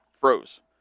froze